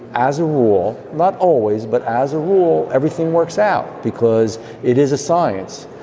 as a rule, not always, but as a rule, everything works out because it is a science.